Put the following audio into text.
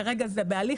כרגע זה בהליך,